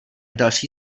další